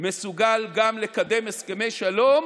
מסוגל גם לקדם הסכמי שלום